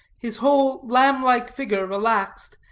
his whole lamb-like figure relaxed,